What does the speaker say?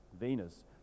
Venus